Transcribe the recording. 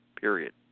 period